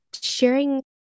sharing